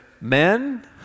men